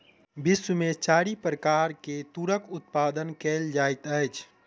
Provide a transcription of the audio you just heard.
विश्व में चारि प्रकार के तूरक उत्पादन कयल जाइत अछि